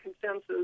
consensus